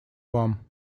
вам